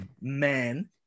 man